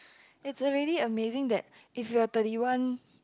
it's already amazing that if you are thirty one